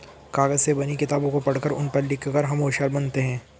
कागज से बनी किताबों को पढ़कर उन पर लिख कर हम होशियार बनते हैं